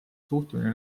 suhtumine